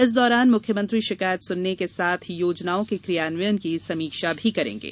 इस दौरान मुख्यमंत्री शिकायत सुनने के साथ योजनाओं के कियान्वयन की समीक्षा भी करेंगे